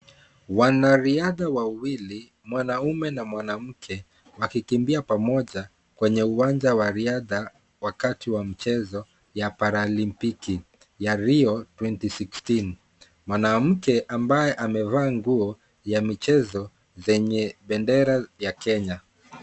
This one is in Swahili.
Wanariadha wawili mwanaume na mwanamke wanakimbia pamoja kwenye uwanja wa riadha wakati wa mchezo wa para olimpiki ya Rio 2016. Mwanamke ambaye amevaa nguo ya mchezo zenye bendera ya Kenya.